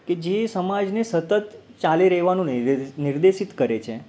કે જે સમાજને સતત ચાલી રહેવાનું નિદેશ નિર્દેશિત કરે છે